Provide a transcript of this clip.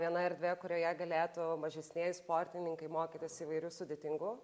viena erdvė kurioje galėtų mažesnieji sportininkai mokytis įvairių sudėtingų